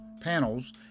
panels